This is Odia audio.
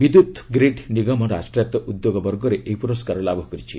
ବିଦ୍ୟୁତ୍ଗ୍ରେଡ୍ ନିଗମ ରାଷ୍ଟ୍ରାୟତ ଉଦ୍ୟୋଗବର୍ଗରେ ଏହି ପୁରସ୍କାର ଲାଭ କରିଛି